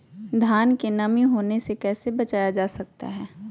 धान में नमी होने से कैसे बचाया जा सकता है?